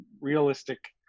realistic